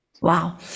Wow